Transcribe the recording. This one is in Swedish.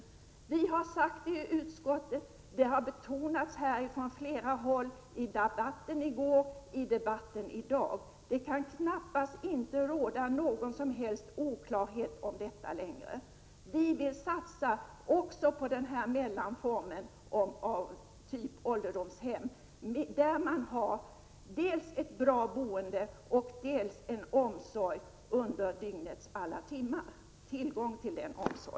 Det har vi sagt i utskottet, och det har betonats här från flera håll i debatten i går och i dag. Det kan knappast råda någon som helst oklarhet om detta längre. Vi vill satsa också på den här mellanformen, av typ ålderdomshem, där man har dels ett bra boende, dels tillgång till en omsorg under dygnets alla timmar.